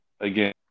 again